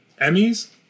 Emmys